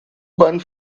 bahn